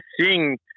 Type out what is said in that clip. seeing